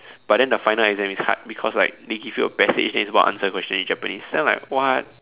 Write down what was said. but then the final exam is hard because like they give you a passage then it's about answer the question in Japanese then I am like what